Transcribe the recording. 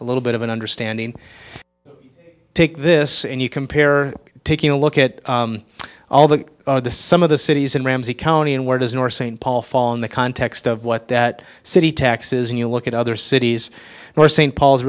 a little bit of an understanding take this and you compare taking a look at all the the some of the cities in ramsey county and where does north st paul fall in the context of what that city taxes and you look at other cities where st paul's